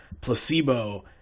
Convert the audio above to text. Placebo